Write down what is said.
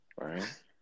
Right